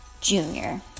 junior